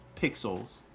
pixels